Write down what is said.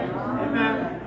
Amen